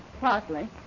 Partly